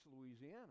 Louisiana